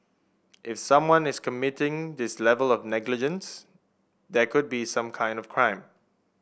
if someone is committing this level of negligence there could be some kind of crime